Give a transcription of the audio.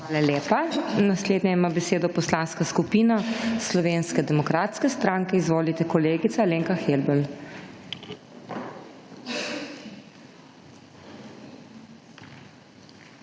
Hvala lepa. Naslednja ima besedo Poslanska skupina Slovenske demokratske stranke. Izvolite kolegica Alenka Helbl. **ALENKA